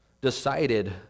decided